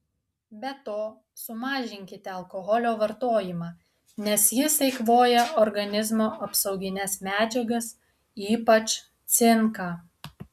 be to sumažinkite alkoholio vartojimą nes jis eikvoja organizmo apsaugines medžiagas ypač cinką